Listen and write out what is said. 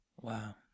wow